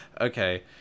okay